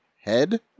head